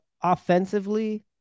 offensively